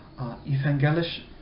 Evangelisch